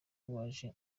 waje